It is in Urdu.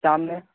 شام میں